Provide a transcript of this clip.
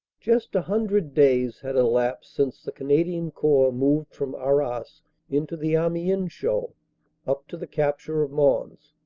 just a hundred days had elapsed since the canadian corps moved from arras into the amiens show up to the capture of mons.